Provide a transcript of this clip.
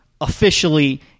officially